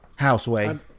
Houseway